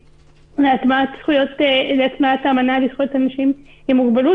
להטמעת האמנה לזכויות אנשים עם מוגבלות.